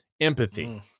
empathy